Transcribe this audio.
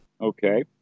Okay